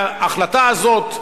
וההחלטה הזאת,